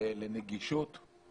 זו ההזדמנות לעשות את התהליך הזה.